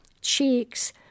cheeks